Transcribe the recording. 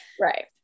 right